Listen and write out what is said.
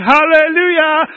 Hallelujah